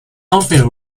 unfair